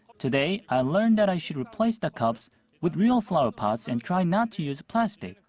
today i learned that i should replace the cups with real flower pots and try not to use plastic.